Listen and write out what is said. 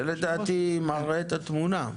זה לדעתי מראה את התמונה.